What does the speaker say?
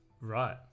Right